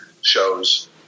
shows